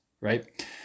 right